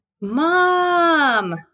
Mom